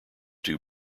two